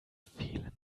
fehlen